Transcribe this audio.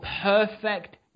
perfect